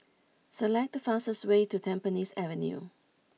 select the fastest way to Tampines Avenue